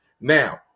Now